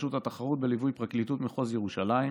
רשות התחרות בליווי פרקליטות מחוז ירושלים.